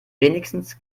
wenigstens